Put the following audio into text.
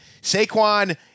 Saquon